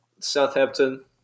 Southampton